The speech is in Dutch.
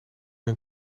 een